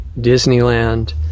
Disneyland